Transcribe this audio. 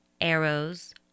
Arrows